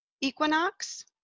equinox